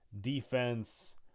defense